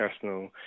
personal